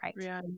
right